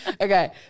Okay